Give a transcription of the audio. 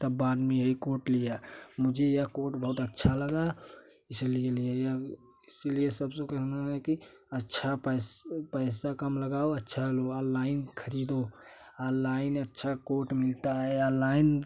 तब बाद में यही कोट लिया मुझे यह कोट बहुत अच्छा लगा इसीलिए ले लिए इसीलिए सबसे कहूँगा मैं कि अच्छा पैसा पैसा कम लगाओ अच्छा लो आलाइन खरीदो आलाइन अच्छा कोट मिलता है आनलाइन